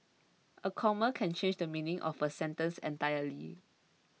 a comma can change the meaning of a sentence entirely